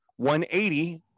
180